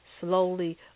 slowly